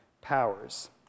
powers